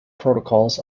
protocols